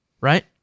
right